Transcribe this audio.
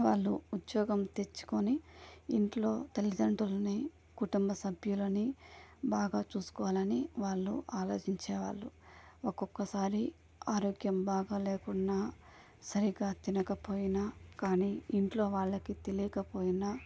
వాళ్ళు ఉద్యోగం తెచ్చుకొని ఇంట్లో తల్లిదండ్రులని కుటుంబ సభ్యులు అని బాగా చూసుకోవాలని వాళ్ళు ఆలోచించే వాళ్ళు ఒక్కొక్కసారి ఆరోగ్యం బాగా లేకుండా సరిగ్గా తినకపోయినా కానీ ఇంట్లో వాళ్ళకి తెలియకపోయినా